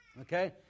okay